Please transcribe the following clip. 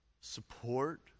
support